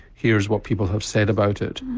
here is what people have said about it.